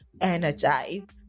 energized